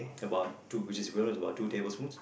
about two which is equivalent to about two tablespoons